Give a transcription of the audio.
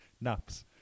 Naps